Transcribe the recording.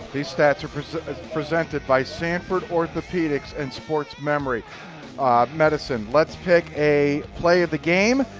these stats are presented presented by sanford orthopedics and sports memory, ah medicine. let's pick a play of the game.